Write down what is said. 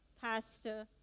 pastor